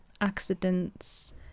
accidents